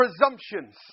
presumptions